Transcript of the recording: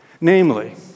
Namely